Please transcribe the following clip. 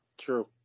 True